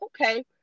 Okay